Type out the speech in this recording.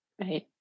right